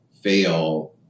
fail